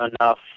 enough